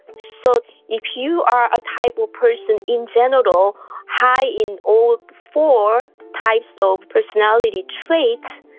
so if you are a type of person in general high in all four types of personality traits,